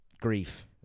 Grief